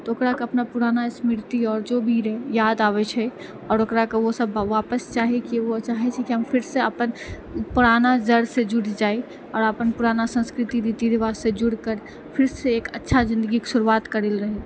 तऽ ओकराके अपना पुराना स्मृति आओर जो भी रहै याद आबै छै आओर ओकराके ओसब वापस चाही की ओ चाहै छै की हम फिरसे अपन पुराना जड़ सँ जुड़ि जाइ और अपन पूराना संस्कृति रीती रिवाज सँ जुड़ि कर फिरसे एक अच्छा जिन्दगी के शुरुआत करैला रहू